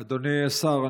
אדוני השר,